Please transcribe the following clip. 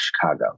chicago